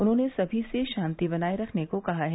उन्होंने सभी से शांति बनाए रखने को कहा है